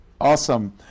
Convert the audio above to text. Awesome